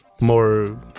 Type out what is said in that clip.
more